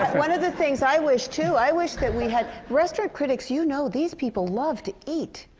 one of the things i wish, too, i wish that we had restaurant critics, you know these people love to eat.